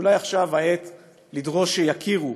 אולי עכשיו העת לדרוש שיכירו,